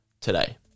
today